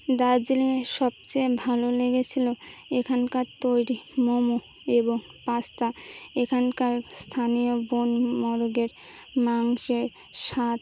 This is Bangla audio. দার্জিলিংয়ে সবচেয়ে ভালো লেগেছিলো এখানকার তৈরি মোমো এবং পাস্তা এখানকার স্থানীয় বন মোরগের মাংসের স্বাদ